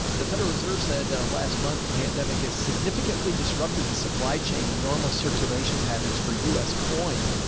the federal reserve said last month that pandemic has significantly disrupted the supply chain and normal circulation patterns for us coin.